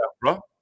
bro